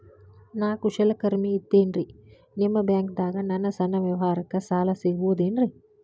ನಾ ಕುಶಲಕರ್ಮಿ ಇದ್ದೇನ್ರಿ ನಿಮ್ಮ ಬ್ಯಾಂಕ್ ದಾಗ ನನ್ನ ಸಣ್ಣ ವ್ಯವಹಾರಕ್ಕ ಸಾಲ ಸಿಗಬಹುದೇನ್ರಿ?